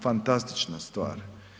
Fantastična stvar.